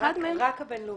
אחת מהן --- רק הבין-לאומי.